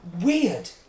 weird